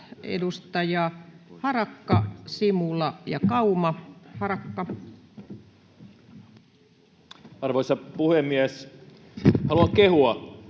edustajat Harakka, Simula ja Kauma. — Edustaja Harakka. Arvoisa puhemies! Haluan kehua